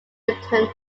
return